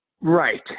right